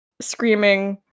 screaming